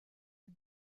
the